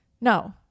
no